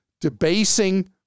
debasing